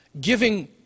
giving